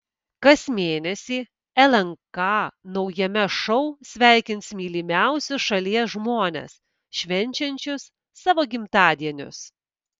kas mėnesį lnk naujame šou sveikins mylimiausius šalies žmones švenčiančius savo gimtadienius